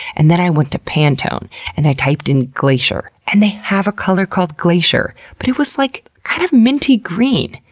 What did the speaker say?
and then i went to pantone and i typed in glacier and they have a color called glacier. but it was, like, kind of minty green,